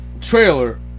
trailer